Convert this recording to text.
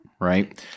Right